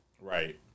Right